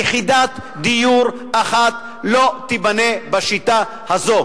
יחידת דיור אחת לא תיבנה בשיטה הזאת.